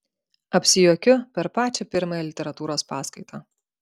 apsijuokiu per pačią pirmąją literatūros paskaitą